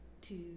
two